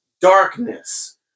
darkness